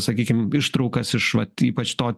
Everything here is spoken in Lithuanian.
sakykim ištraukas iš vat ypač to